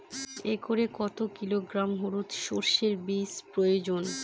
একরে কত কিলোগ্রাম হলুদ সরষে বীজের প্রয়োজন?